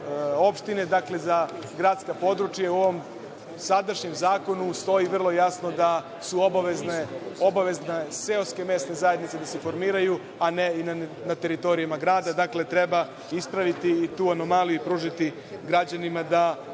opštine, dakle za gradska područja.U ovom sadašnjem zakonu stoji vrlo jasno da su obavezne seoske mesne zajednice da se formiraju, a ne i na teritorijama grada. Dakle, treba ispraviti tu anomaliju i pružiti građanima da